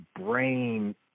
brain